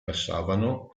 passavano